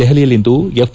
ದೆಹಲಿಯಲ್ಲಿಂದು ಎಫ್